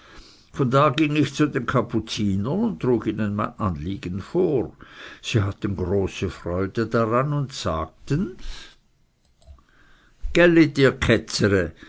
von da ging ich zu den kapuzinern und trug ihnen mein anliegen vor sie hatten große freude daran und sagten gellit ihr